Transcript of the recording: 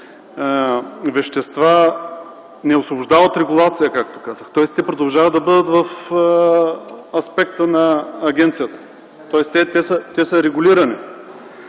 вещества не освобождава от регулация, тоест те продължават да бъдат в аспекта на агенцията. Те са регулирани.